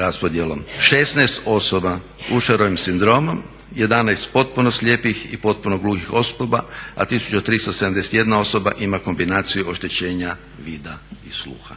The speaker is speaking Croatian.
raspodjelom 16 osoba Usherovim sindromom, 11 potpuno slijepih i potpuno gluhih osoba a 1371 osoba ima kombinaciju oštećenja vida i sluha.